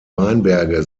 weinberge